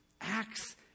acts